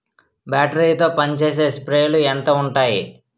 Battery తో పనిచేసే స్ప్రేలు ఎంత ఉంటాయి?